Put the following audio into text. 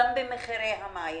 גם במחירי המים,